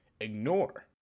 ignore